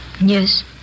Yes